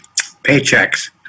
paychecks